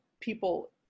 people